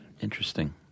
Interesting